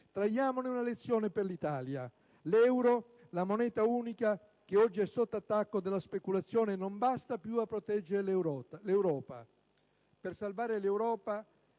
Traiamone una lezione per l'Italia. L'euro, la moneta unica che oggi è sotto attacco dalla speculazione, non basta più a proteggere l'Europa. Per salvare l'Europa